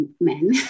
men